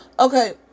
Okay